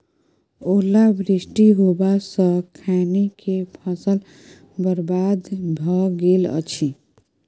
ओला वृष्टी होबा स खैनी के फसल बर्बाद भ गेल अछि?